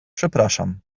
przepraszam